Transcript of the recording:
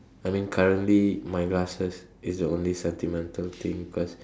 I mean currently my glasses is the only sentimental thing cause